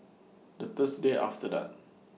The Thursday after that